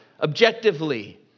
objectively